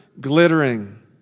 glittering